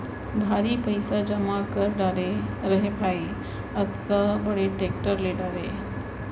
भारी पइसा जमा कर डारे रहें भाई, अतका बड़े टेक्टर ले डारे